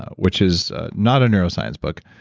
which is not a neuroscience book,